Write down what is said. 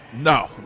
No